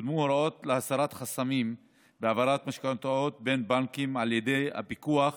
יקודמו הוראות להסרת חסמים בהעברת משכנתאות בין בנקים על ידי הפיקוח